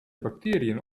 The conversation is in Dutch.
bacteriën